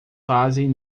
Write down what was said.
fazem